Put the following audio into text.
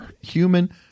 human